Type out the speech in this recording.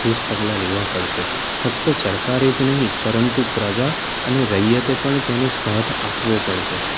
ઠોસ પગલાં લેવાં પડશે ફક્ત સરકારે જ નહીં પરંતુ પ્રજા અને રૈયતે પણ તેનો સાથ આપવો પડશે